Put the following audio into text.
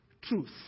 truth